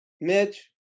Mitch